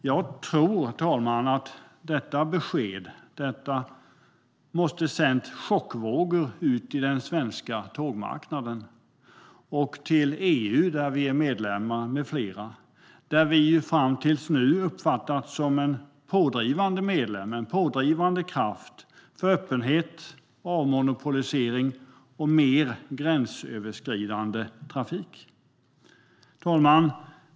Jag tror, herr talman, att detta besked måste ha sänt chockvågor ut i den svenska tågmarknaden och till EU med flera, där vi fram tills nu har uppfattats som en pådrivande kraft för öppenhet, avmonopolisering och mer gränsöverskridande trafik. Herr talman!